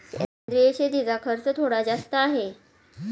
सेंद्रिय शेतीचा खर्च थोडा जास्त आहे